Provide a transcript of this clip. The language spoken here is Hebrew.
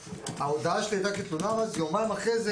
ההודעה שלי הייתה כתלונה אבל יומיים אחרי זה